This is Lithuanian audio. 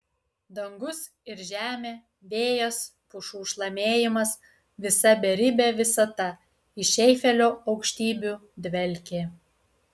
dangus ir žemė vėjas pušų šlamėjimas visa beribė visata iš eifelio aukštybių dvelkė